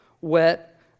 wet